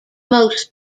most